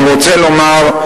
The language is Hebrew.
אני רוצה לומר,